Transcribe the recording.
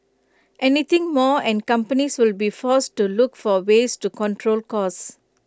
anything more and companies will be forced to look for ways to control costs